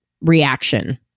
reaction